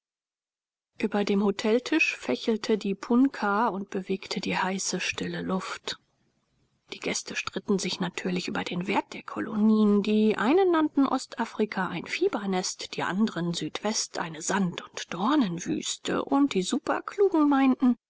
über dem hoteltisch fächelte die punkah und bewegte die heiße stille luft die gäste stritten sich natürlich über den wert der kolonien die einen nannten ostafrika ein fiebernest die andren südwest eine sand und dornenwüste und die superklugen meinten